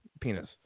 penis